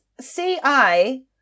C-I